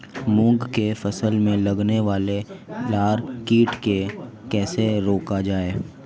मूंग की फसल में लगने वाले लार कीट को कैसे रोका जाए?